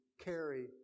carry